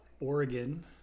Oregon